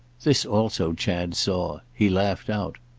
this also chad saw he laughed out.